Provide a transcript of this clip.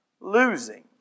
losing